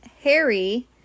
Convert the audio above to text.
Harry